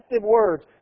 words